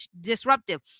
disruptive